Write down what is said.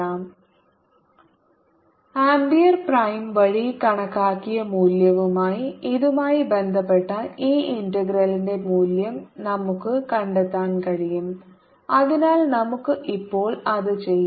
B 0I4πdlr rr r3dV04πjr×r rr r3dV ampere prime വഴി കണക്കാക്കിയ മൂല്യവുമായി ഇതുമായി ബന്ധപ്പെട്ട ഈ ഇന്റഗ്രലിന്റെ മൂല്യം നമുക്ക് കണ്ടെത്താൻ കഴിയും അതിനാൽ നമുക്ക് ഇപ്പോൾ അത് ചെയ്യാം